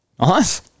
Nice